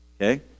Okay